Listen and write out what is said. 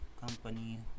company